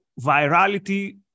virality